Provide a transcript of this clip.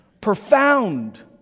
profound